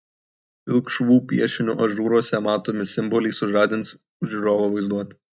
pilkšvų piešinių ažūruose matomi simboliai sužadins žiūrovo vaizduotę